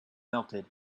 melted